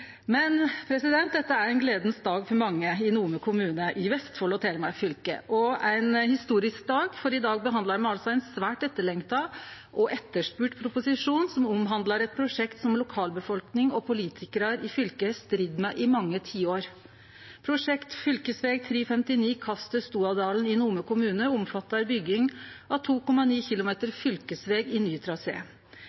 Dette er ein gledas dag for mange i Nome kommune i Vestfold og Telemark fylke og ein historisk dag, for i dag behandlar me altså ein svært etterlengta og etterspurd proposisjon, som omhandlar eit prosjekt som lokalbefolkninga og politikarar i fylket har stridd med i mange tiår. Prosjekt fv. 359 Kaste–Stoadalen i Nome kommune omfattar bygging av 2,9